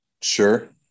sure